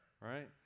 right